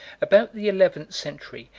about the eleventh century,